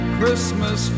Christmas